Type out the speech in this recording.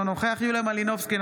אינו נוכח יוליה מלינובסקי,